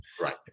Right